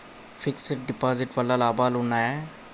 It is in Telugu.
ఫిక్స్ డ్ డిపాజిట్ వల్ల లాభాలు ఉన్నాయి?